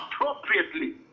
appropriately